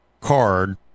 card